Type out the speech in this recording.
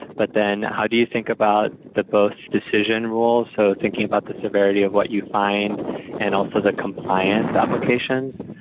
but then how do you think about the both decision rules. so thinking about the severity of what you find and also the compliance applications,